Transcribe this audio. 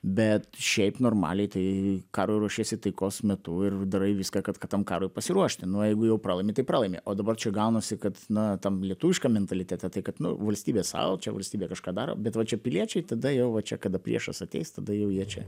bet šiaip normaliai tai karui ruošiesi taikos metu ir darai viską kad kad tam karui pasiruošti nu jeigu jau pralaimi tai pralaimi o dabar čia gaunasi kad na tam lietuviškam mentalitete tai kad valstybė sau čia valstybė kažką daro bet va čia piliečiai tada jau va čia kada priešas ateis tada jau jie čia